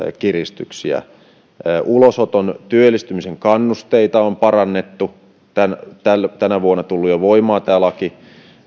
kiristyksiä ulosottotilanteissa työllistymisen kannusteita on parannettu tänä vuonna on jo tullut voimaan tämä laki